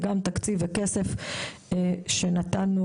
זה לבני המשפחה, נכון?